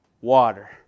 water